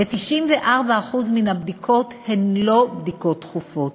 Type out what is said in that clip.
ו-94% מן הבדיקות הן לא בדיקות דחופות,